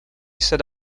set